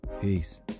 peace